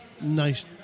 nice